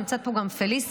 נמצאת פה גם פליסיה.